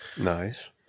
Nice